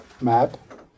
map